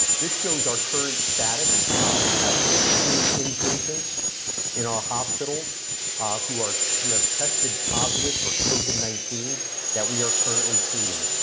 this shows our current status we have fifteen inpatients in our hospitals who are who have tested positive for covid nineteen that we are currently treating.